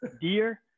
dear